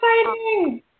exciting